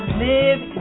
live